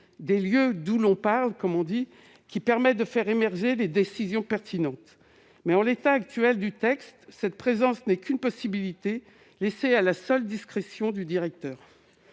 des « lieux d'où l'on parle », qui permet de faire émerger des décisions pertinentes. Mais, en l'état actuel du texte, cette présence n'est qu'une possibilité laissée à la seule discrétion du directeur.